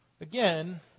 Again